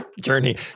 journey